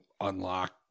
unlock